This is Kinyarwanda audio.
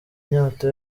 inyota